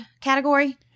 category